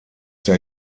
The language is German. der